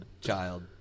child